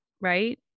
right